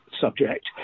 subject